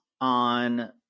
on